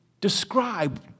describe